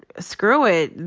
screw it.